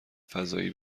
فضایی